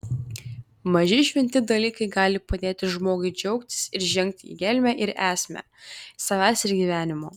maži šventi dalykai gali padėti žmogui džiaugtis ir žengti į gelmę ir esmę savęs ir gyvenimo